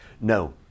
No